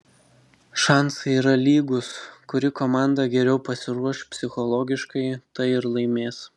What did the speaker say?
šansai yra lygūs kuri komanda geriau pasiruoš psichologiškai ta ir laimės